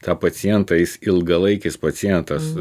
tą pacientą jis ilgalaikis pacientas